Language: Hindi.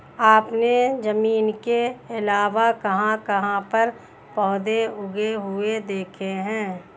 आपने जमीन के अलावा कहाँ कहाँ पर पौधे उगे हुए देखे हैं?